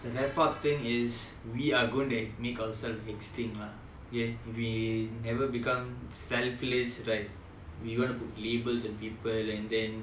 the wrap up thing is we are going to make ourself extinct lah okay if we never become selfless right we wanna put labels on people and then